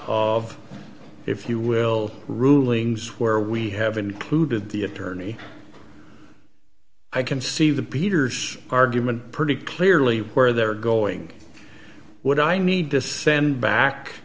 of if you will rulings where we have included the attorney i can see the peters argument pretty clearly where they're going what i need to send back